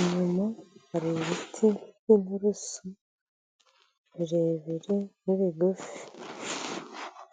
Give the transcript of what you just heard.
inyuma hari ibiti by'inturusu birebire n'ibigufi.